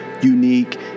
unique